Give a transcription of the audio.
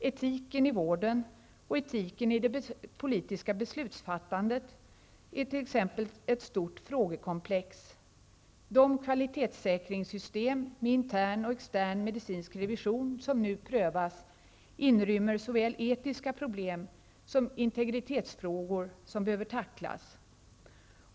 Etiken i vården och etiken i det politiska beslutsfattandet är också ett stort frågekomplex. De kvalitetssäkringssystem med intern och extern medicinsk revision, som nu prövas, inrymmer såväl etiska problem som integritetsfrågor som behöver tacklas.